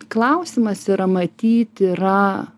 klausimas yra matyt yra